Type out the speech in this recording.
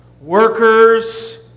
workers